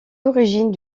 origines